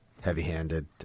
heavy-handed